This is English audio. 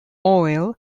oil